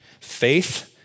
Faith